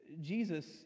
Jesus